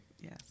Yes